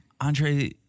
Andre